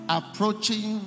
approaching